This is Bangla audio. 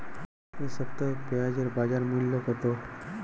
এ সপ্তাহে পেঁয়াজের বাজার মূল্য কত?